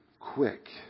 quick